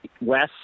west